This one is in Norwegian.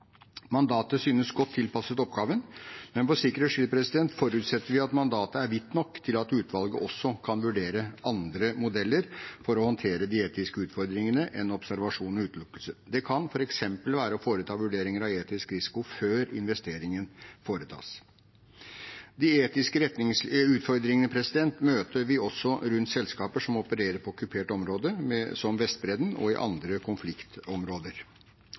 Mandatet synes godt tilpasset oppgaven, men for sikkerhets skyld forutsetter vi at mandatet er vidt nok til at utvalget også kan vurdere andre modeller enn observasjon og utelukkelse for å håndtere de etiske utfordringene. Det kan f.eks. være å foreta vurderinger av etisk risiko før investeringen foretas. De etiske utfordringene møter vi også rundt selskaper som opererer på okkuperte områder, som Vestbredden, og i andre konfliktområder.